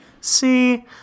See